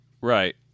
Right